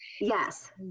Yes